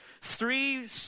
three